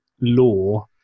law